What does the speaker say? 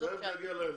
תכף נגיע ליולדות.